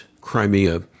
Crimea